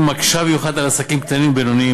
מקשה במיוחד על עסקים קטנים ובינוניים,